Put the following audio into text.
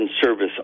service